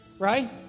Right